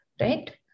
right